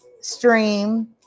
stream